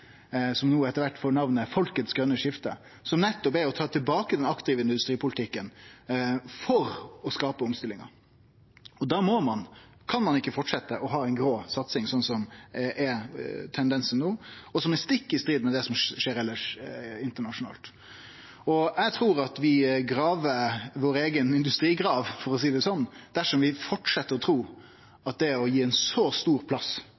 etter kvart får namnet Folkets grøne skifte, som nettopp handlar om å ta tilbake den aktive industripolitikken for å skape omstillingar. Da kan ein ikkje fortsetje med å ha ei grå satsing, som tendensen er no, og som er stikk i strid med det som skjer elles internasjonalt. Eg trur at vi grev vår eiga industrigrav – for å seie det slik – dersom vi fortset med å tru at å gi ein så stor plass